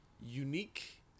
unique